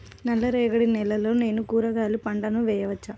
నల్ల రేగడి నేలలో నేను కూరగాయల పంటను వేయచ్చా?